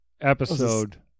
episode